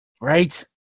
right